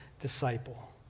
disciple